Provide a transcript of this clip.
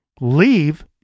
leave